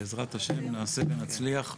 בעזרת השם נעשה ונצליח.